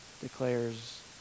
declares